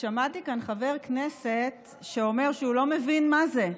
ושמעתי כאן חבר כנסת שאומר שהוא לא מבין מה זה,